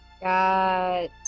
Got